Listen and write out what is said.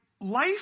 life